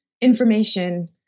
information